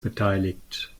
beteiligt